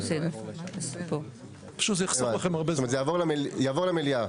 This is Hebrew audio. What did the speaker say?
זאת אומרת, זה יעבור למליאה.